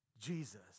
Jesus